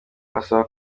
abasaba